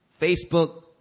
Facebook